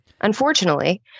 Unfortunately